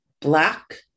Black